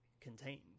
contained